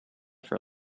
for